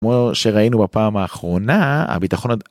כמו שראינו בפעם האחרונה הביטחון.